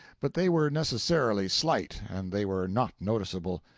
but they were necessarily slight, and they were not noticeable.